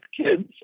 kids